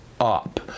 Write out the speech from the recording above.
up